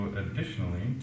additionally